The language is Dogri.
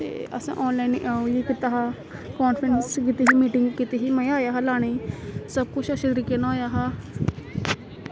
ते असें आनलाईन ओह् कीता हा कांफ्रैंस कीती ही मीटिंग कीती ही मजा आया हा लाने दी सब किश अच्छे तरीके कन्नै होएआ हा